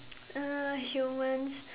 uh humans